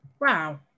wow